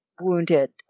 wounded